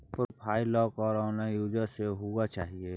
profile lock आर unlock user से ही हुआ चाहिए